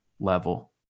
level